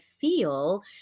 feel